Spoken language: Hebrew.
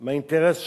עם האינטרס שלו,